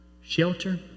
shelter